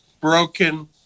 broken